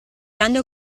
grande